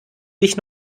dich